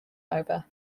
over